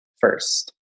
first